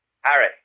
Harry